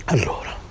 Allora